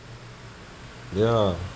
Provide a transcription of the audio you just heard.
ya